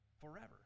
forever